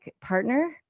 partner